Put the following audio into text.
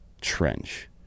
trench